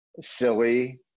silly